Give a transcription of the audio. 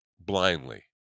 blindly